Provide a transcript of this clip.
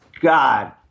God